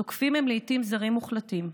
תוקפים הם לעיתים זרים מוחלטים,